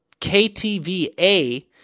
KTVA